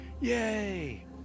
Yay